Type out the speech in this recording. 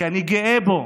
כי אני גאה בו